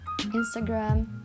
Instagram